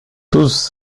tous